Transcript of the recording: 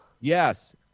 yes